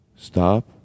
Stop